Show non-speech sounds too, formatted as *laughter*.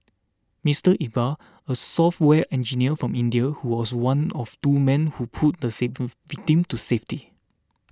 Mister Iqbal a software engineer from India who was one of two men who pulled the *unintelligible* victim to safety